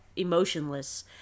emotionless